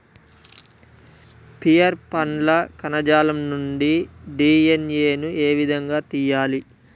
Pear పండ్ల కణజాలం నుండి డి.ఎన్.ఎ ను ఏ విధంగా తియ్యాలి?